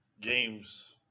games